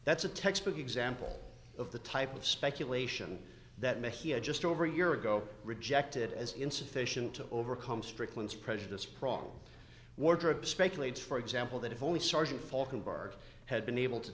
that's a textbook example of the type of speculation that maybe he had just over a year ago rejected as insufficient to overcome strickland's prejudice prong wardrobe speculates for example that if only sergeant falkenberg had been able to